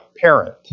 parent